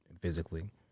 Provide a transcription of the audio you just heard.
physically